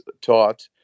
taught